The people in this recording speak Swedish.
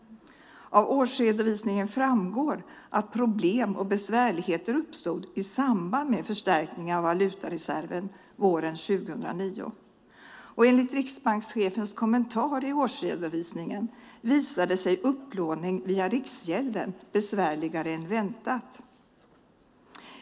Av årsredovisningen framgår att problem och besvärligheter uppstod i samband med förstärkningen av valutareserven våren 2009. Enligt riksbankschefens kommentar i årsredovisningen visade sig upplåning via Riksgälden besvärligare än väntat.